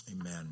Amen